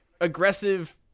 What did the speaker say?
aggressive